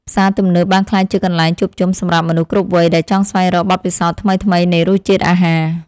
ផ្សារទំនើបបានក្លាយជាកន្លែងជួបជុំសម្រាប់មនុស្សគ្រប់វ័យដែលចង់ស្វែងរកបទពិសោធន៍ថ្មីៗនៃរសជាតិអាហារ។